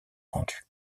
vendus